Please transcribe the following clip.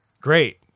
great